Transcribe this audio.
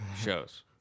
shows